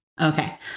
okay